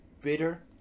bitter